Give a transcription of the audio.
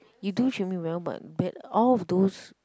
you do treat me well but bad all of those